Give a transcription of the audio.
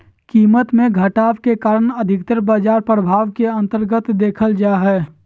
कीमत मे घटाव के कारण अधिकतर बाजार प्रभाव के अन्तर्गत देखल जा हय